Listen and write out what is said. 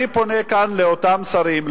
אני פונה כאן לאותם שרים,